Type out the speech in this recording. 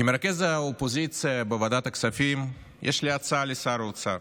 כמרכז האופוזיציה בוועדת הכספים יש לי הצעה לשר האוצר: